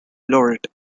laureate